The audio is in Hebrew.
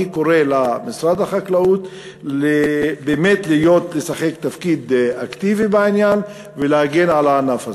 אני קורא למשרד החקלאות לשחק תפקיד אקטיבי בעניין ולהגן על הענף הזה.